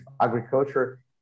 agriculture